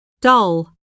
dull